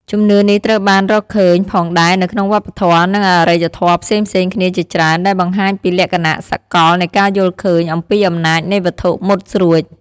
ជំនឿនេះត្រូវបានរកឃើញផងដែរនៅក្នុងវប្បធម៌ និងអរិយធម៌ផ្សេងៗគ្នាជាច្រើន ដែលបង្ហាញពីលក្ខណៈសកលនៃការយល់ឃើញអំពីអំណាចនៃវត្ថុមុតស្រួច